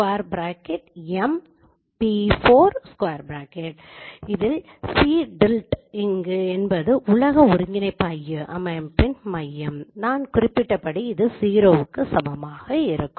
M|p4 இங்கு என்பது உலக ஒருங்கிணைப்பு அமைப்பின் மையம் நான் குறிப்பிட்டபடி அது 0 க்கு சமமாக இருக்கும்